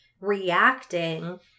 reacting